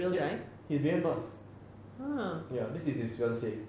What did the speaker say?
yup he is B_M loss ya this is his fiance